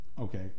okay